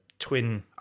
twin